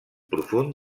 profund